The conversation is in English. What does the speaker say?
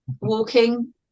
walking